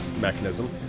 mechanism